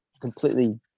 completely